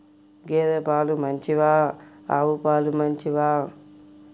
గేద పాలు మంచివా ఆవు పాలు మంచివా?